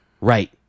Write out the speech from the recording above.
right